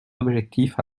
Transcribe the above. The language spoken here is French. objectifs